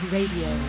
Radio